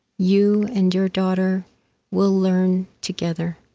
you and your daughter will learn together.